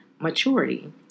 maturity